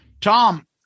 Tom